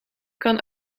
kan